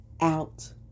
out